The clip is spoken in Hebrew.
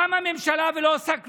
קמה ממשלה, ולא עושה כלום.